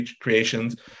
creations